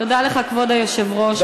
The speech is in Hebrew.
תודה לך, כבוד היושב-ראש.